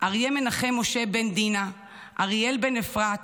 אריה מנחם משה בן דינה, אריאל בן אפרת,